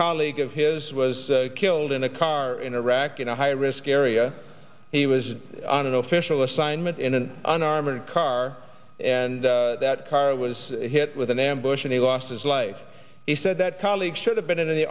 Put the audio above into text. colleague of his was killed in a car in iraq in a high risk area he was on an official assignment in an unarmored car and that car was hit with an ambush and he lost his life he said that colleagues should have been in the